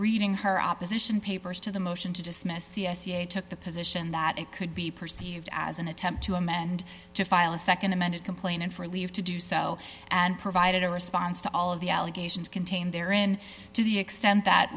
reading her opposition papers to the motion to dismiss c s e i took the position that it could be perceived as an attempt to amend to file a nd amended complaint and for leave to do so and provided a response to all of the allegations contained therein to the extent that